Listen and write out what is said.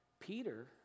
Peter